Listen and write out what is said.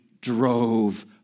drove